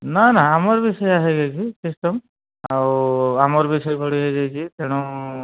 ନା ନା ଆମର ବି ସେୟା ହୋଇଯାଇଛି ସିଷ୍ଟମ୍ ଆଉ ଆମର ବି ସେଇଭଳି ହୋଇଯାଇଛି ତେଣୁ